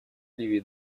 ливии